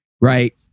Right